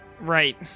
Right